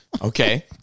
Okay